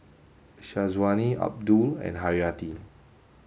Syazwani Abdul and Haryati